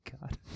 God